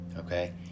Okay